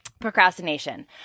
Procrastination